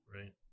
right